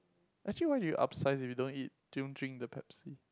actually why you upsize if you don't eat don't drink the Pepsi